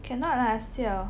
cannot lah siao